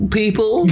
people